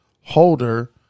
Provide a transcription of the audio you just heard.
holder